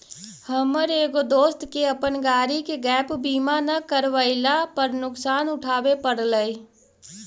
हमर एगो दोस्त के अपन गाड़ी के गैप बीमा न करवयला पर नुकसान उठाबे पड़लई